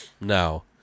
No